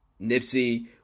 Nipsey